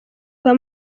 kwa